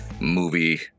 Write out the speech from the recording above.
movie